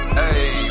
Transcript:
hey